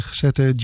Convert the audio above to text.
zette